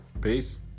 Peace